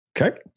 Okay